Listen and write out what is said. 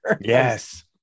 Yes